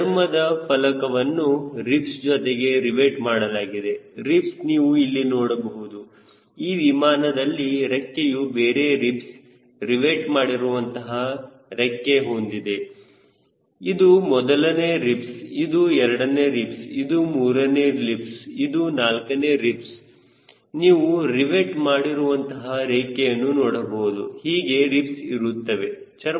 ಚರ್ಮದ ಫಲಕವನ್ನು ರಿಬ್ಸ್ ಜೊತೆಗೆ ರಿವೆಟ್ ಮಾಡಲಾಗಿದೆ ರಿಬ್ಸ್ ನೀವು ಇಲ್ಲಿ ನೋಡಬಹುದು ಈ ವಿಮಾನದಲ್ಲಿ ರೆಕ್ಕೆಯು ಬೇರೆ ರಿಬ್ಸ್ ರಿವೆಟ್ ಮಾಡಿರುವಂತಹ ರೇಖೆ ಹೊಂದಿದೆ ಇದು ಮೊದಲನೇ ರಿಬ್ಸ್ ಇದು ಎರಡನೇ ರಿಬ್ಸ್ ಇದು ಮೂರನೇ ರಿಬ್ಸ್ ಇದು ನಾಲ್ಕನೇ ರಿಬ್ಸ್ ನೀವು ರಿವೆಟ್ ಮಾಡಿರುವಂತಹ ರೇಖೆಯನ್ನು ನೋಡಬಹುದು ಹೀಗೆ ರಿಬ್ಸ್ ಇರುತ್ತವೆ